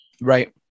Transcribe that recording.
right